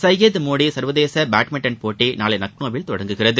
சையது மோடி சா்வதேச பேட்மிண்டன் போட்டி நாளை லக்னோவில் தொடங்குகிறது